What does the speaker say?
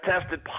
tested